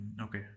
Okay